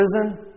prison